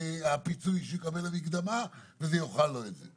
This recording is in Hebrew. הפיצוי שהוא יקבל כמקדמה וזה יאכל לו את זה.